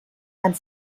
and